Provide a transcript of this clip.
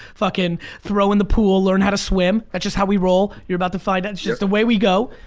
fucking throw in the pool, learn how to swim, that's just how we roll. you're about to find out, it's just the way we go.